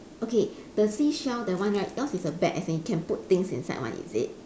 okay the seashell that one right yours is a bag as in can put things inside one is it